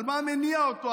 על מה מניע אותו,